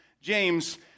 James